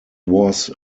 was